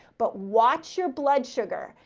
but watch your blood sugar.